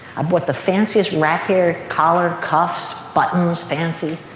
i bought the fanciest rat haired collar, cuffs, buttons, fancy,